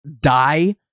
die